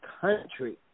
country